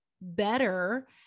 better